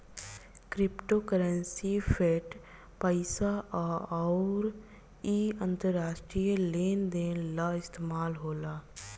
crypto currency fiat पईसा ह अउर इ अंतरराष्ट्रीय लेन देन ला इस्तमाल होला